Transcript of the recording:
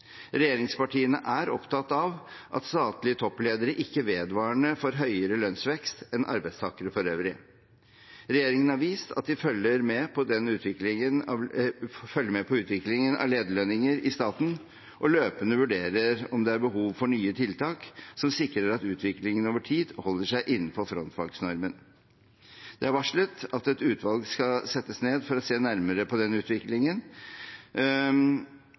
Regjeringspartiene er opptatt av at statlige toppledere ikke vedvarende får høyere lønnsvekst enn arbeidstakere for øvrig. Regjeringen har vist at de følger med på utviklingen av lederlønninger i staten, og løpende vurderer om det er behov for nye tiltak som sikrer at utviklingen over tid holder seg innenfor frontfagsnormen. Det er varslet at et utvalg skal settes ned for å se nærmere på den utviklingen,